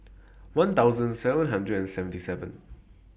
one thousand seven hundred and seventy seven